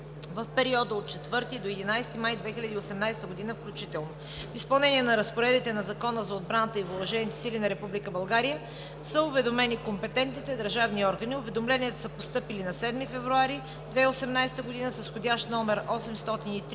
в периода от 4 до 11 май 2018 г. включително. В изпълнение на разпоредбите на Закона за отбраната и въоръжените сили на Република България са уведомени компетентните държавни органи. Уведомленията са постъпили на 7 февруари 2018 г. с входящ №